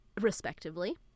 respectively